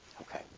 okay